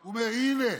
הוא אומר: הינה,